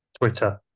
Twitter